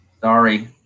sorry